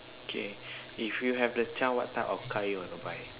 okay if you have a chance what type of car you want to buy